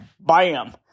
bam